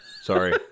Sorry